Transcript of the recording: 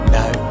now